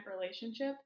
relationship